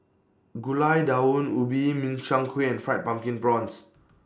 Gulai Daun Ubi Min Chiang Kueh and Fried Pumpkin Prawns